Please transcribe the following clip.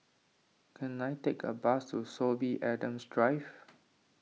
can I take a bus to Sorby Adams Drive